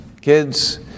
Kids